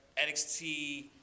NXT